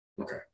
Okay